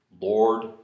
Lord